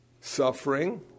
suffering